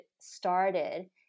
started